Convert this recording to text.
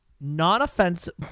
non-offensive